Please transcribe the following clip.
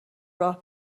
راه